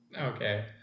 Okay